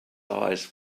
eyes